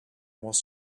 was